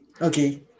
Okay